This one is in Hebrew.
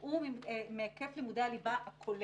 הוא מהיקף לימודי הליבה הכולל.